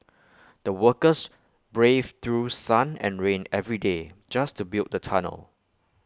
the workers braved through sun and rain every day just to build the tunnel